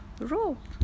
rope